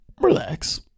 Relax